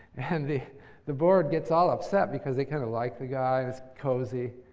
and the the board gets all upset, because they kind of like the guy. it's cozy.